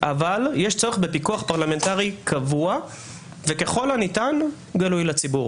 אבל יש צורך בפיקוח פרלמנטרי קבוע וככל הניתן גלוי לציבור.